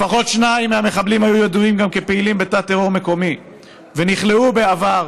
לפחות שניים מהמחבלים היו ידועים גם כפעילים בתא טרור מקומי ונכלאו בעבר